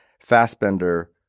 Fassbender